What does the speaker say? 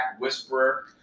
whisperer